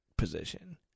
position